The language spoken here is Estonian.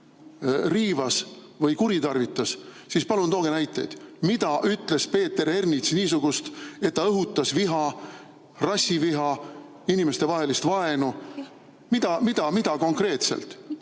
riivas või kuritarvitas, siis palun tooge näiteid. Mida ütles Peeter Ernits niisugust, et ta õhutas viha, rassiviha, inimestevahelist vaenu? Mida? Mida konkreetselt?